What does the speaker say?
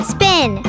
Spin